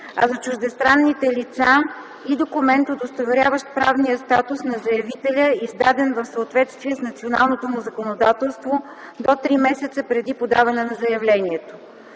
а за чуждестранните лица – и документ, удостоверяващ правния статус на заявителя, издаден в съответствие с националното му законодателство до три месеца преди подаване на заявлението;